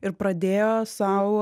ir pradėjo sau